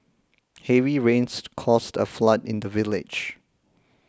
heavy rains caused a flood in the village